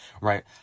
right